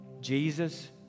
Jesus